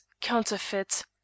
counterfeit